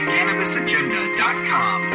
CannabisAgenda.com